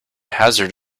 hazard